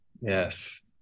Yes